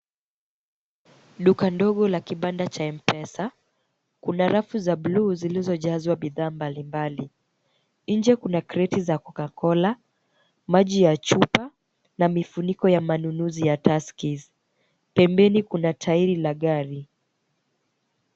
Duka ndogo la kibanda cha M-Pesa, kuna rafu za bluu zilizojazwa bidhaa mbalimbali. Nje kuna kreti za Coca-Cola, maji ya chupa, na mifuniko ya manunuzi ya Tuskys. Pembeni kuna tairi la gari.